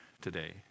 today